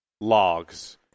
logs